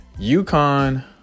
UConn